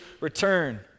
return